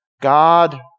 God